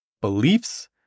beliefs